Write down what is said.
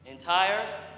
entire